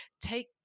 take